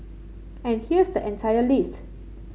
and here's the entire list